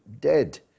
dead